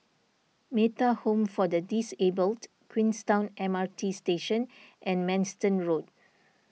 Metta Home for the Disabled Queenstown M R T Station and Manston Road